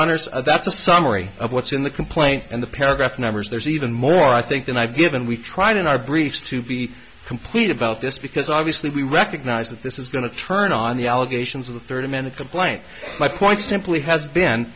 honour's of that's a summary of what's in the complaint and the paragraph numbers there's even more i think than i've given we tried in our brief to be complete about this because obviously we recognize that this is going to turn on the allegations of the thirty minute complaint my point simply has been